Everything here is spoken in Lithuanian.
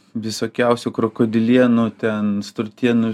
visokiausių krokodilienų ten strutienų